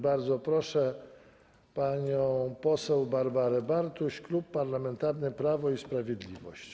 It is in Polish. Bardzo proszę panią poseł Barbarę Bartuś, Klub Parlamentarny Prawo i Sprawiedliwość.